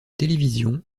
télévision